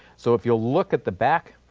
so, if you'll look at the back,